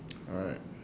alright